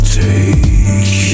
take